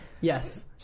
Yes